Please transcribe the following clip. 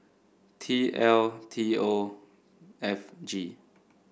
T L T O F G